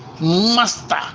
Master